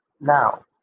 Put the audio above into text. Now